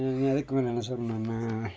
இனி அதுக்குமேலே என்ன சொல்லணுன்னா